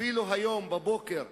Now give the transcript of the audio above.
אפילו היום בבוקר,